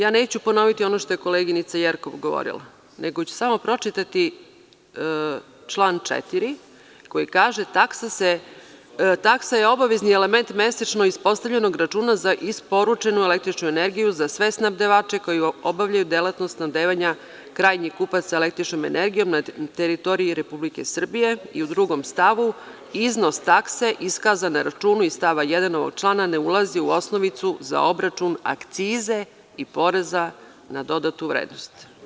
Ja neću ponoviti ono što je koleginica Jerkov govorila, nego ću samo pročitati član 4. koji kaže – taksa je obavezni element, mesečno ispostavljenog računa za isporučenu električnu energiju za sve snabdevače koji obavljaju delatnost snabdevanja krajnjih kupaca električnom energijom na teritoriji Republike Srbije, i u drugom stavu – iznos takse iskazana na računa iz stava 1. ovog člana ne ulazi u osnovicu za obračun akcize i poreza na dodatu vrednost.